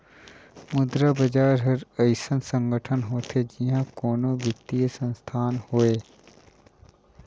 मुद्रा बजार हर अइसन संगठन होथे जिहां कोनो बित्तीय संस्थान होए